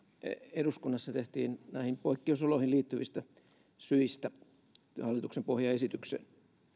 eduskunnassa tehtiin näihin poikkeusoloihin liittyvistä syistä hallituksen pohjaesitykseen